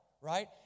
right